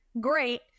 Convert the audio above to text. Great